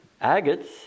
agates